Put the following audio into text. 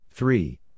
Three